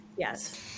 Yes